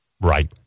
Right